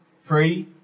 free